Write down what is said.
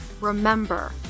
remember